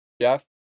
Jeff